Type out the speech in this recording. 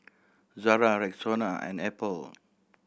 Zara Rexona and Apple